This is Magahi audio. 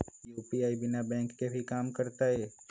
यू.पी.आई बिना बैंक के भी कम करतै?